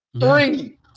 Three